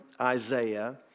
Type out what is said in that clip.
Isaiah